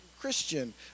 Christian